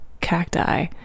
cacti